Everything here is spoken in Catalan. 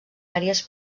àrees